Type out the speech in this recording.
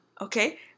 Okay